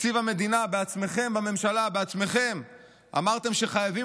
תקציב המדינה: בממשלה בעצמכם אמרתם שחייבים